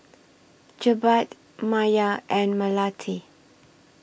Jebat Maya and Melati